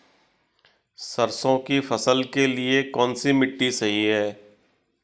सरसों की फसल के लिए कौनसी मिट्टी सही हैं?